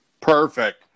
Perfect